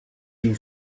you